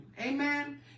Amen